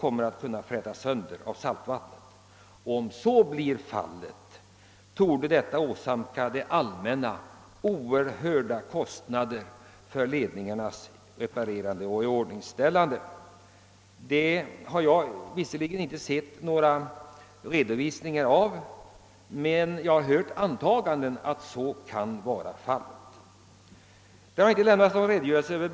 De kan komma att frätas sönder av saltvattnet, och om så blir fallet torde det: allmänna åsamkas oerhörda kostnader för ledningarnas reparerande och iordningställande. Jag har visserligen inte sett någon redovisning för detta, men jag har hört antaganden om att så kan bli fallet. |« Någon redogörelse över.